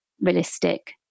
realistic